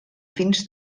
fins